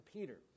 Peter